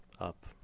up